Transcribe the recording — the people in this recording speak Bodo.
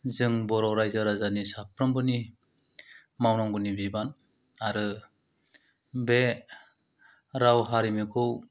जों बर' रायजो राजानि साफ्रोमबोनि मावनांगौनि बिबान आरो बे राव हारिमुखौ